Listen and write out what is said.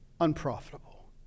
unprofitable